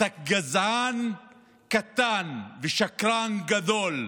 אתה גזען קטן ושקרן גדול.